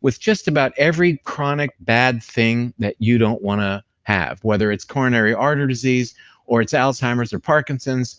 with just about every chronic bad thing that you don't wanna have. whether it's coronary artery disease or it's alzheimer's or parkinson's,